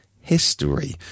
history